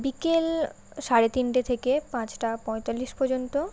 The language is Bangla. বিকেল সাড়ে তিনটে থেকে পাঁচটা পঁয়তাল্লিশ পর্যন্ত